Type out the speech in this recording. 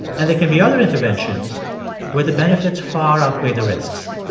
and there can be other interventions where the benefits far outweigh the risks